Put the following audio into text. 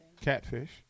catfish